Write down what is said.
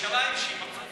ירושלים שמצאו